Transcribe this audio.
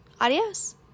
Adios